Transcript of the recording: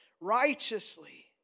Righteously